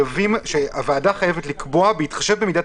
שהוועדה חייבת לקבוע בהתחשב במידת